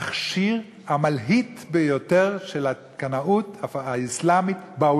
קרן מקרנותיה של ההסתדרות הציונית העולמית.